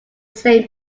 same